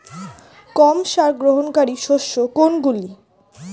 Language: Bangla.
কম সার গ্রহণকারী শস্য কোনগুলি?